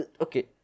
okay